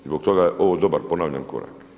I zbog toga je ovo dobar, ponavljam korak.